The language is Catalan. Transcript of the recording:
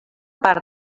part